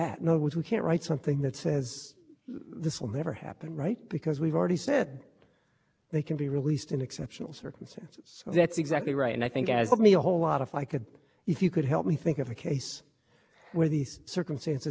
this will never happen right because we've already said they can be released in exceptional circumstances so that's exactly right and i think as with me a whole lot of i could if you could help me think of a case where these circumstances would be exceptional i